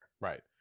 right